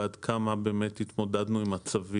ועד כמה באמת התמודדנו עם מצבים כאלה ואחרים.